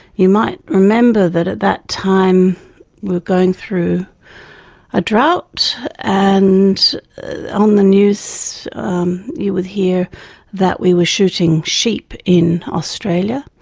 you might remember that at that time we were going through a drought and on the news you would hear that we were shooting sheep in australia,